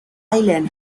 island